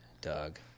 Doug